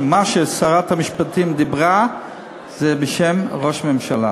שמה ששרת המשפטים אמרה זה בשם ראש הממשלה.